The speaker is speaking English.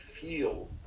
feel